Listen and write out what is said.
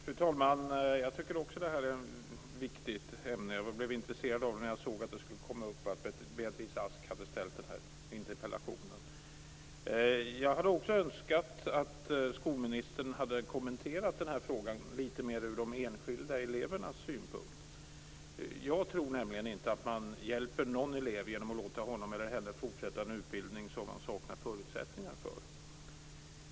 Fru talman! Också jag tycker att det här ämnet är viktigt. Jag blev intresserad när jag såg att det skulle komma upp här och att Beatrice Ask hade framställt en interpellation. Även jag skulle ha önskat att skolministern kommenterade frågan lite mer från de enskilda elevernas synpunkt. Jag tror inte att man hjälper någon elev genom att låta honom eller henne fortsätta en utbildning som eleven saknar förutsättningar för.